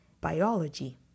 biology